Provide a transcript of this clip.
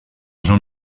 jean